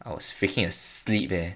I was freaking asleep eh